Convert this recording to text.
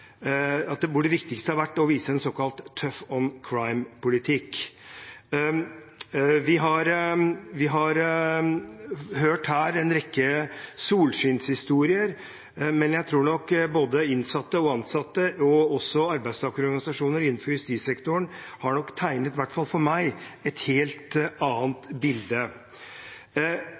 såkalt «tough on crime»-politikk. Vi har her hørt en rekke solskinnshistorier, men både innsatte og ansatte, også arbeidstakerorganisasjoner innenfor justissektoren, har nok tegnet i hvert fall for meg et helt annet bilde.